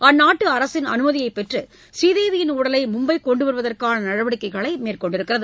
அந்நாட்டு அரசின் அனுமதியை பெற்று ஸ்ரீதேவியின் உடலை மும்பை கொண்டு வருவதற்கான நடவடிக்கைகளை மேற்கொண்டுள்ளது